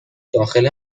داخل